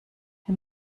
dem